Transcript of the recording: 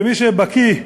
כמי שבקי,